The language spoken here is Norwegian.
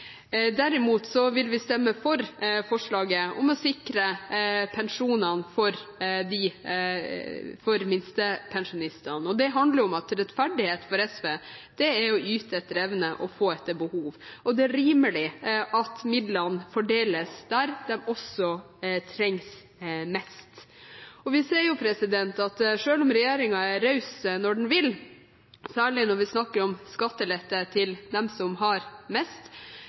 Derimot vil vi stemme for forslaget om å sikre pensjonene for minstepensjonistene. Det handler om at for SV er rettferdighet å yte etter evne og få etter behov. Det er rimelig at midlene fordeles der de trengs mest. Vi ser at selv om regjeringen er raus når den vil, særlig når vi snakker om skattelette til dem som har mest